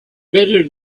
better